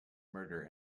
murder